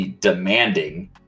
demanding